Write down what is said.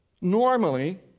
normally